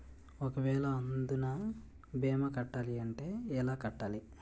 ఒక వేల అందునా భీమా కట్టాలి అంటే ఎలా కట్టాలి?